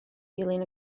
dilyn